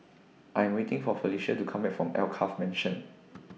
I'm waiting For Felicia to Come Back from Alkaff Mansion